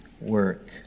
work